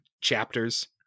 chapters